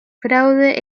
fraude